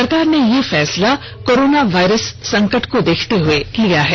सरकार ने यह फैसला कोरोना वायरस संकट को देखते हुए लिया है